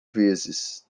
vezes